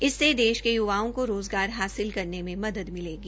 इससे देश के य्वाओं को रोज़णार हासिल करने में मदद मिलेगी